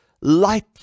light